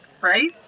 Right